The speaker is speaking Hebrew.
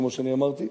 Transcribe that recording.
כמו שאני אמרתי,